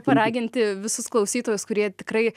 paraginti visus klausytojus kurie tikrai